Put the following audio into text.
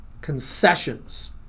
concessions